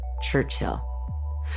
Churchill